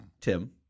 Tim